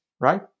right